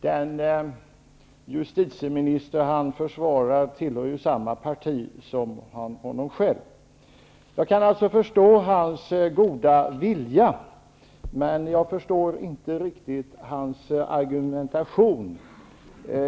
Den justitieminister han försvarar tillhör ju samma parti som han själv. Jag kan alltså förstå hans goda vilja, men jag förstår inte riktigt hans argumentation.